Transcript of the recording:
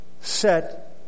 set